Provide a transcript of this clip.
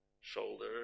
Shoulder